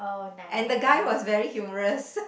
and the guy was very humorous